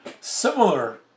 similar